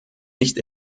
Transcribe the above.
nicht